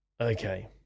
Okay